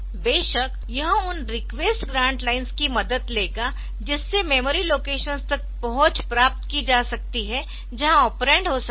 बेशक यह उन रिक्वेस्ट ग्रान्ट लाइन्स की मदद लेगा जिससे मेमोरी लोकेशंस तक पहुंच प्राप्त की जा सकती है जहां ऑपरेंड हो सकते है